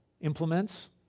implements